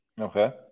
Okay